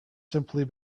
simply